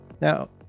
Now